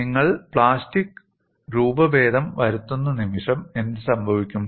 നിങ്ങൾ പ്ലാസ്റ്റിക് രൂപഭേദം വരുത്തുന്ന നിമിഷം എന്ത് സംഭവിക്കും